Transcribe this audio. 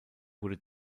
wurde